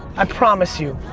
i promise you,